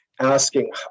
asking